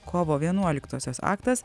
kovo vienuoliktosios aktas